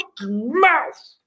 mouth